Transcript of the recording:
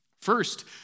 First